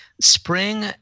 Spring